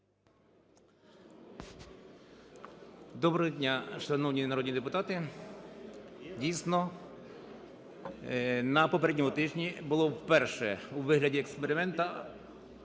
Доброго дня, шановні народні депутати, дійсно, на попередньому тижні було вперше у вигляді експерименту